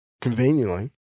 conveniently